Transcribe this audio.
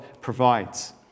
provides